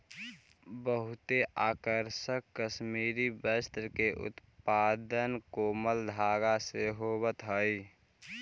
बहुते आकर्षक कश्मीरी वस्त्र के उत्पादन कोमल धागा से होवऽ हइ